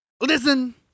listen